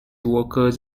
workers